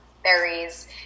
berries